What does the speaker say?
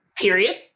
period